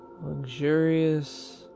luxurious